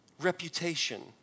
reputation